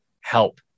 help